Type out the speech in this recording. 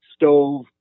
Stove